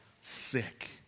sick